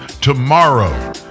tomorrow